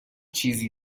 چیزی